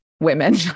women